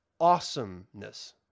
awesomeness